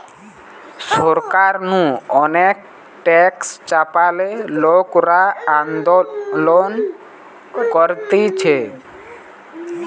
সরকার নু অনেক ট্যাক্স চাপালে লোকরা আন্দোলন করতিছে